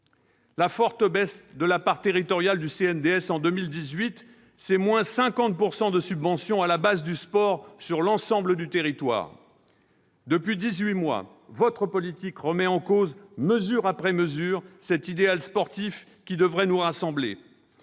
La forte baisse de la part territoriale du CNDS en 2018, c'est moins 50 % de subventions à la base du sport sur l'ensemble du territoire. Depuis dix-huit mois, votre politique remet en cause, mesure après mesure, cet idéal sportif qui devrait nous rassembler.